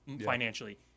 financially